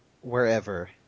wherever